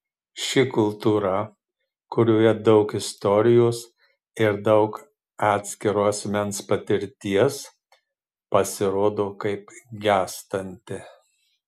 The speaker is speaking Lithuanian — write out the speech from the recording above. ši kultūra kurioje daug istorijos ir daug atskiro asmens patirties pasirodo kaip gęstanti